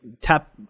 tap